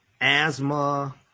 asthma